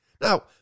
Now